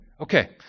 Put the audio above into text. Okay